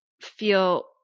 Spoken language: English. feel